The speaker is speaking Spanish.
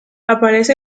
aparece